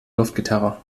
luftgitarre